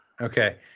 Okay